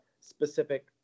specific